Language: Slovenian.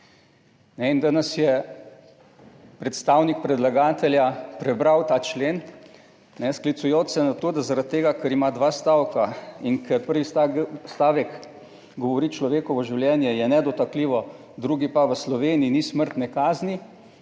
In danes je predstavnik predlagatelja prebral ta člen, ne sklicujoč se na to, da zaradi tega, ker ima dva stavka in ker prvi stavek govori človekovo življenje je nedotakljivo, drugi pa v Sloveniji ni smrtne kazni,